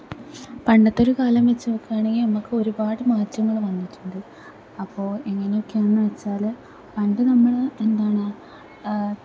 പണ്ടത്തൊരു കാലം വെച്ച് നോക്കുവാണെങ്കിൽ നമക്കൊരുപാട് മാറ്റങ്ങൾ വന്നിട്ടുണ്ട് അപ്പോൾ എങ്ങനെയൊക്കെയാന്ന് വെച്ചാൽ പണ്ട് നമ്മൾ എന്താണ്